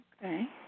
Okay